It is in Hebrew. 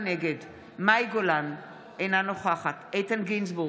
נגד מאי גולן, אינה נוכחת איתן גינזבורג,